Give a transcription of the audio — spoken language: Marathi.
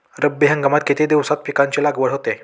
रब्बी हंगामात किती दिवसांत पिकांची लागवड होते?